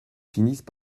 finissent